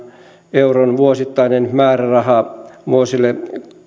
euron vuosittainen määräraha vuosille